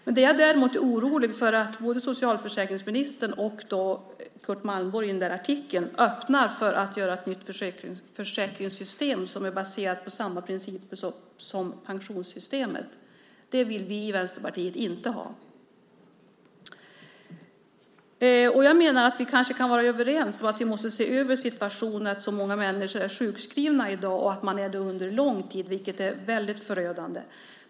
Det som jag däremot är orolig för är att både socialförsäkringsministern och Curt Malmborg i den nämnda artikeln öppnar upp för ett nytt försäkringssystem baserat på samma principer som pensionssystemet. Det vill vi i Vänsterpartiet inte ha. Vi kan nog vara överens om att vi måste se över situationen att så många människor är sjukskrivna i dag och att de är det under så lång tid, vilket är förödande.